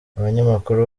abanyamakuru